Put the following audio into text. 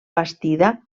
bastida